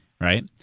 right